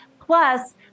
Plus